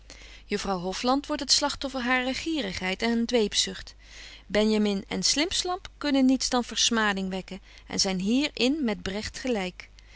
juffrouw hofland wordt het slagtoffer harer gierigheid en dweepzugt benjamin en slimpslamp kunnen niets dan versmading betje wolff en aagje deken historie van mejuffrouw sara burgerhart wekken en zyn hier in met bregt gelyk